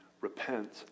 Repent